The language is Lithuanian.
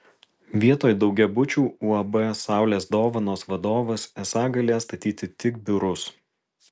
vietoj daugiabučių uab saulės dovanos vadovas esą galės statyti tik biurus